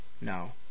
No